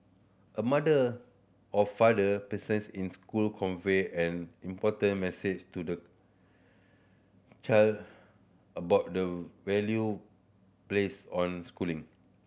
a mother or father presence in school convey an important message to the child about the value placed on schooling